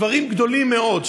דברים גדולים מאוד,